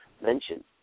mentioned